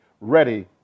ready